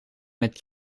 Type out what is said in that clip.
met